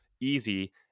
easy